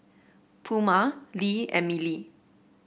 Puma Lee and Mili